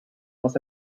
must